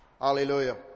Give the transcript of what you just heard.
Hallelujah